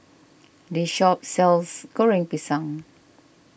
this shop sells Goreng Pisang